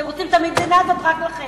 אתם רוצים את המדינה הזאת רק לכם.